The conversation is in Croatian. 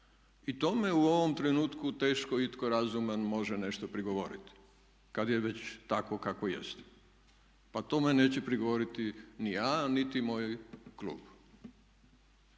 I tome u ovom trenutku teško itko razuman može nešto prigovoriti kad je već tako kako jeste, pa tome neću prigovoriti ni ja, niti moj klub.